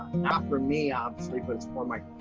not for me, obviously, but it's for my